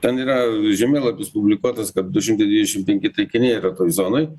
ten yra žemėlapis publikuotas kad du šimtai dvidešim penki taikiniai yra toj zonoj